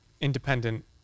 independent